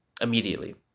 immediately